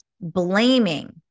blaming